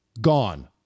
gone